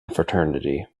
fraternity